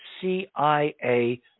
CIA